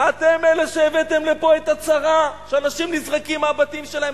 אתם אלה שהבאתם לפה את הצרה שאנשים נזרקים מהבתים שלהם.